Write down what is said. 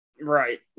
Right